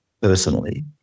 personally